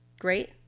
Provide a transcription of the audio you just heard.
Great